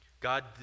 God